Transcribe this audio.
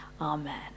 Amen